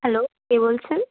hello কে বলছেন